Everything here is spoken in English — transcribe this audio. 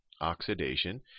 oxidation